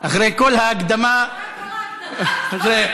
אחרי כל ההקדמה, אחרי כל ההקדמה, הרסת.